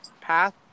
path